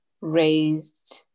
raised